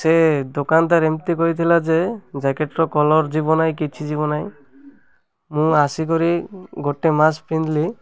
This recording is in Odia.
ସେ ଦୋକାନ ତା'ର ଏମିତି କହିଥିଲା ଯେ ଜ୍ୟାକେଟ୍ର କଲର୍ ଯିବ ନାହିଁ କିଛି ଯିବ ନାହିଁ ମୁଁ ଆସିକରି ଗୋଟେ ମାସ୍ ପିନ୍ଧିଲି